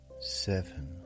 seven